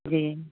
जी